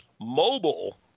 mobile